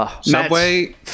Subway